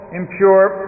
impure